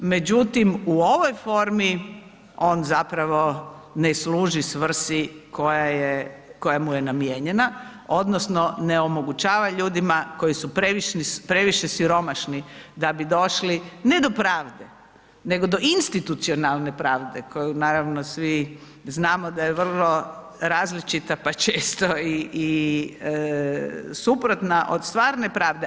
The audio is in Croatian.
Međutim, u ovoj formi on zapravo ne služi svrsi koja mu je namijenjena odnosno ne omogućava ljudima koji su previše siromašni da bi došli ne do pravde, nego do institucionalne pravde koju naravno svi znamo da je vrlo različita pa često i suprotna od stvarne pravde.